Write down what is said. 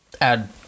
add